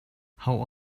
how